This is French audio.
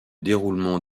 déroulement